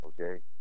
okay